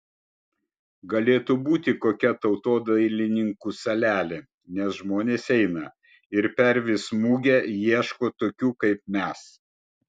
galėtų būti kokia tautodailininkų salelė nes žmonės eina ir per vis mugę ieško tokių kaip mes